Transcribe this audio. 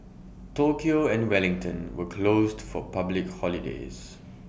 Tokyo and Wellington were closed for public holidays